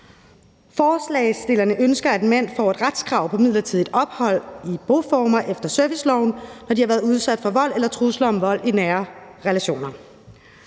Forslagsstillerne ønsker, at mænd får et retskrav på midlertidigt ophold i boformer efter serviceloven, når de har været udsat for vold eller trusler om vold i nære relationer.